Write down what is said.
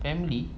family